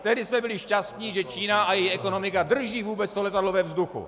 Tehdy jsme byli šťastni, že Čína a její ekonomika drží vůbec to letadlo ve vzduchu.